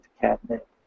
catnip